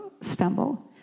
stumble